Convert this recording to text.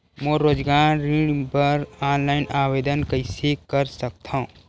मैं रोजगार ऋण बर ऑनलाइन आवेदन कइसे कर सकथव?